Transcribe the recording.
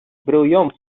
briljant